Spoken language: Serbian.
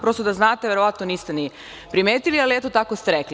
Prosto da znate, verovatno niste ni primetili, ali eto, tako ste rekli.